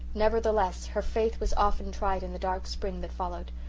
nevertheless her faith was often tried in the dark spring that followed.